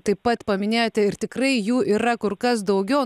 taip pat paminėjote ir tikrai jų yra kur kas daugiau